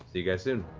you guys soon.